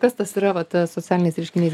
kas tas yra vat tas socialiniais reiškiniais